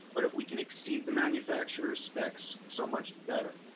but if we can exceed the manufacturers specs, so much the better.